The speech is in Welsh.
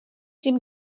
dim